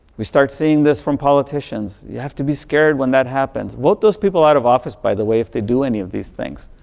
we start seeing this from politicians. you have to be scared when that happens. vote those people are out of office by the way if they do any of these things.